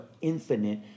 infinite